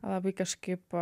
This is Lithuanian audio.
labai kažkaip